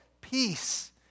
peace